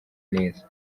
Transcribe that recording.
neza